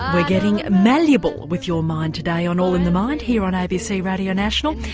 we're getting malleable with your mind today on all in the mind here on abc radio national.